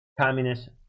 communist